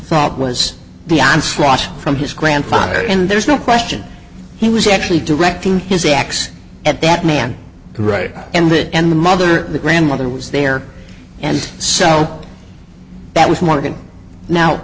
thought was the armstrong from his grandfather and there's no question he was actually directing his acts at that man right and it and the mother the grandmother was there and so that was morgan now